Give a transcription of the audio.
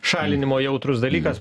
šalinimo jautrus dalykas